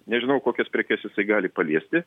nežinau kokias prekes jisai gali paliesti